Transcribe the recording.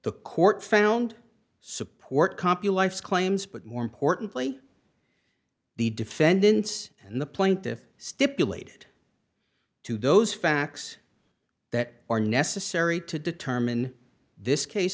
the court found support compu life claims but more importantly the defendants and the plaintiffs stipulated to those facts that are necessary to determine this case